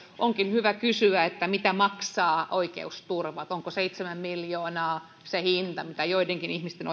onkin hyvä kysyä mitä maksaa oikeusturva onko seitsemän miljoonaa se hinta joka joidenkin ihmisten